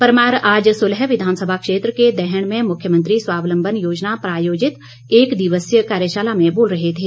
परमार आज सुलह विधानसभा क्षेत्र के दैहण में मुख्यमंत्री स्वावलंबन योजना प्रायोजित एक दिवसीय कार्यशाला में बोल रहे थे